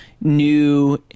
new